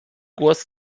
głos